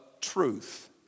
truth